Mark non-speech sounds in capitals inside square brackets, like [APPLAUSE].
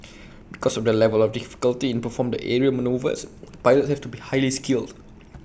because of the level of difficulty in performing the aerial manoeuvres pilots [NOISE] have to be highly skilled